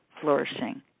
flourishing